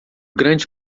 grande